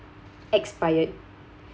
expired